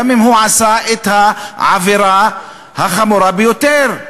גם אם הוא עשה את העבירה החמורה ביותר.